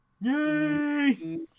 Yay